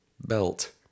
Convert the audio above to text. belt